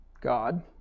God